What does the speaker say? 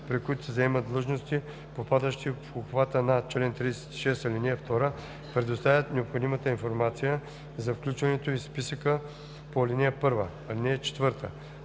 при които се заемат длъжности, попадащи в обхвата на чл. 36, ал. 2, предоставят необходимата информация за включването й в списъка по ал. 1. (4)